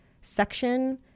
section